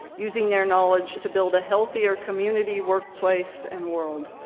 using their knowledge to build a healthier community workplace and world.